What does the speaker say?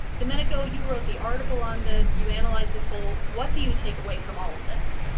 domenico, you wrote the article on this. you analyzed the poll. what do you take away from all of this?